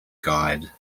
guide